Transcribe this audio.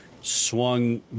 swung